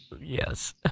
Yes